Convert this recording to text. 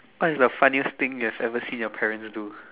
what is the funniest thing you have ever seen your parents do